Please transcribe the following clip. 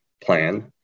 plan